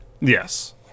Yes